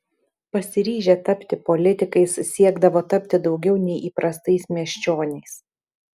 pasiryžę tapti politikais siekdavo tapti daugiau nei įprastais miesčioniais